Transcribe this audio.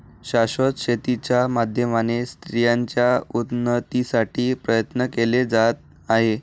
शाश्वत शेती च्या माध्यमाने स्त्रियांच्या उन्नतीसाठी प्रयत्न केले जात आहे